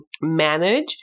manage